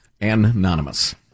Anonymous